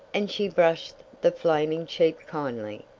and she brushed the flaming cheek kindly.